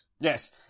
Yes